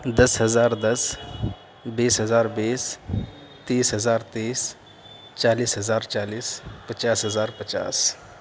دس ہزار دس بیس ہزار بیس تیس ہزار تیس چالیس ہزار چالیس پچاس ہزار پچاس